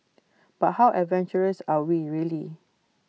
but how adventurous are we really